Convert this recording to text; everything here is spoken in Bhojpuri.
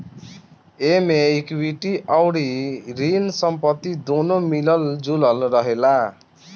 एमे इक्विटी अउरी ऋण संपत्ति दूनो मिलल जुलल रहेला